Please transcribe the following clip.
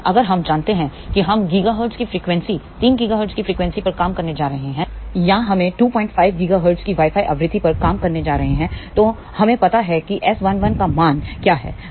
लेकिन अगर हम जानते हैं कि हम 3 गीगाहर्ट्ज की फ्रीक्वेंसी पर काम करने जा रहे हैं या हमें 25 गीगाहर्ट्ज की वाई फाई आवृत्ति पर काम करने जा रहे हैं तोहमें पता हैं कि S11 का मान क्या है